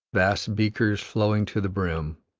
vast beakers flowing to the brim,